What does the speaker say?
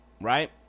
Right